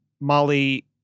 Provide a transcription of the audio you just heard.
Molly